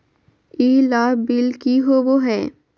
ई लाभ बिल की होबो हैं?